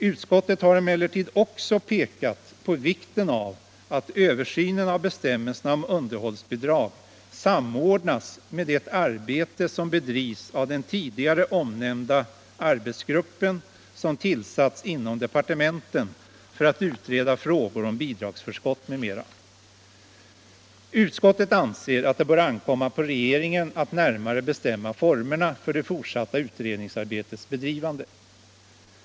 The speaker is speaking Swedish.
Emellertid har utskottet också pekat på vikten av att översynen av bestämmelserna om underhållsbidrag samordnas med det arbete som bedrivs av den tidigare omnämnda arbetsgruppen som tillsatts inom departementen för att utreda frågor om bidragsförskott m.m. Utskottet anser att det bör ankomma på regeringen att närmare bestämma formerna för det fortsatta utredningsarbetets bedrivande.